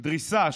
דריסה,